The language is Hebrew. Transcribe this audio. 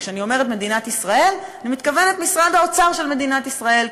כשאני אומרת מדינת ישראל אני מתכוונת למשרד האוצר של מדינת ישראל,